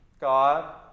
God